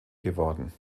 geworden